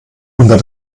unter